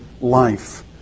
life